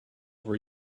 were